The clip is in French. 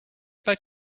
pas